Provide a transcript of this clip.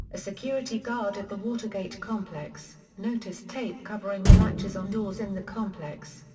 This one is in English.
a security guard at the watergate complex, noticed tape covering the latches on doors in the complex.